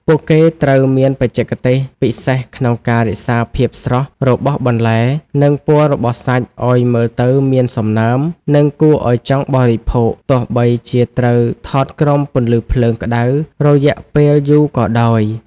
ពួកគេត្រូវមានបច្ចេកទេសពិសេសក្នុងការរក្សាភាពស្រស់របស់បន្លែ និងពណ៌របស់សាច់ឱ្យមើលទៅមានសំណើម និងគួរឱ្យចង់បរិភោគ ទោះបីជាត្រូវថតក្រោមពន្លឺភ្លើងក្ដៅរយៈពេលយូរក៏ដោយ។